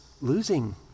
losing